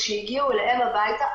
כשהגיעו אליהם הביתה,